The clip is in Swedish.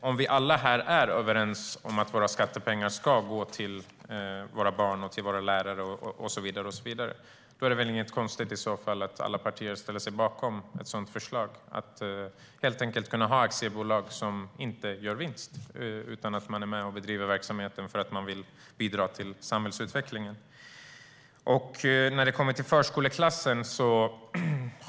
Om vi alla är överens om att våra skattepengar ska gå till våra barn, lärare och så vidare är det väl ingen konst för alla partier att ställa sig bakom förslaget att ha aktiebolag som inte gör vinst utan bedriver verksamhet för att de vill bidra till samhällsutvecklingen. Vi har funderat mycket på förskoleklassen.